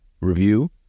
review